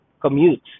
commute